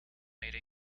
made